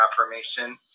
affirmation